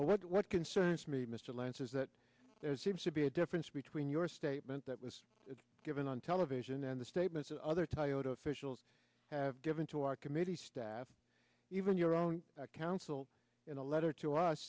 well what concerns me mr lance is that there seems to be a difference between your statement that was given on television and the statements of other toyota officials have given to our committee staff even your own counsel in a letter to us